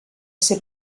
ser